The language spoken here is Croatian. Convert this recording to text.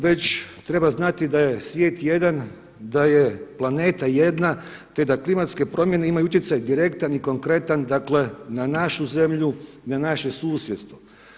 Već treba znati da je svijet jedan, da je planeta jedna, te da klimatske promjene imaju utjecaj direktan i konkretan, dakle na našu zemlju i na naše susjedstvo.